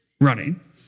running